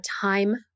time